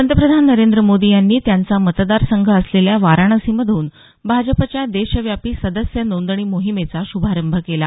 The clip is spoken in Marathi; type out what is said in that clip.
पंतप्रधान नरेंद्र मोदी यांनी त्यांचा मतदारसंघ असलेल्या वाराणसीमधून भाजपच्या देशव्यापी सदस्य नोंदणी मोहिमेचा शुभारंभ केला